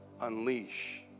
unleash